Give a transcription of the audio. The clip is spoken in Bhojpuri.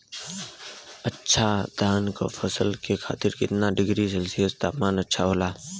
अच्छा धान क फसल के खातीर कितना डिग्री सेल्सीयस तापमान अच्छा होला?